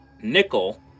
Nickel